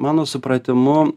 mano supratimu